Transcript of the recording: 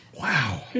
Wow